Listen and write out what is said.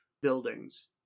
buildings